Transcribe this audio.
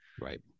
Right